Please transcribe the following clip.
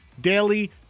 daily